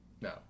No